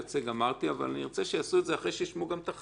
אבל ארצה שיעשו את זה אחרי שישמעו את הח"כים,